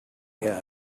yet